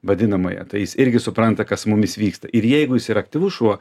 vadinamąją tai jis irgi supranta kas su mumis vyksta ir jeigu jis yra aktyvus šuo